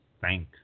thank